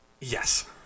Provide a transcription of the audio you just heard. Yes